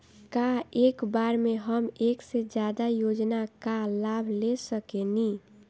का एक बार में हम एक से ज्यादा योजना का लाभ ले सकेनी?